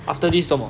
after this 做么